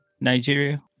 Nigeria